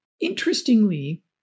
Interestingly